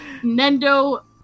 Nendo